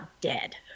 dead